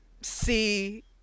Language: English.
see